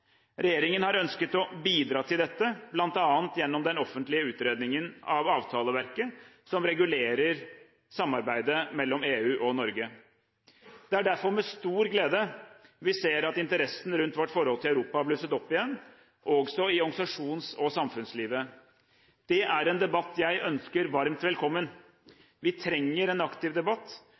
Regjeringen har ønsket å bidra til dette bl.a. gjennom den offentlige utredningen av avtaleverket som regulerer samarbeidet mellom EU og Norge. Det er derfor med stor glede vi ser at interessen rundt vårt forhold til Europa har blusset opp igjen, også i organisasjons- og samfunnslivet. Det er en debatt jeg ønsker varmt velkommen. Vi trenger en aktiv debatt